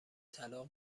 طلاق